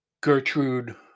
Gertrude